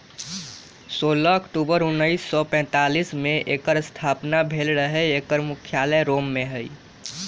सोलह अक्टूबर उनइस सौ पैतालीस में एकर स्थापना भेल रहै एकर मुख्यालय रोम में हइ